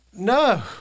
no